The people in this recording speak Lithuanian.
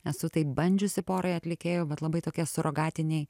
esu tai bandžiusi porai atlikėjų bet labai tokie surogatiniai